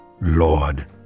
Lord